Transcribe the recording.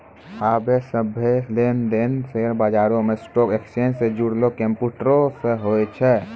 आबे सभ्भे लेन देन शेयर बजारो मे स्टॉक एक्सचेंज से जुड़लो कंप्यूटरो से होय छै